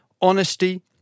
honesty